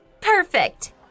Perfect